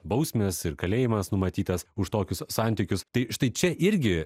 bausmės ir kalėjimas numatytas už tokius santykius tai štai čia irgi